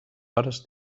hores